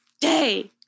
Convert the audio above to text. day